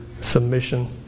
submission